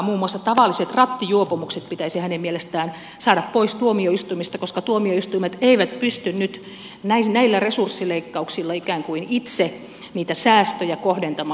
muun muassa tavalliset rattijuopumukset pitäisi hänen mielestään saada pois tuomioistuimista koska tuomioistuimet eivät pysty nyt näillä resurssileikkauksilla ikään kuin itse niitä säästöjä kohdentamaan